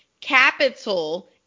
capital